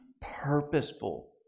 purposeful